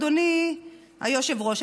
אדוני היושב-ראש,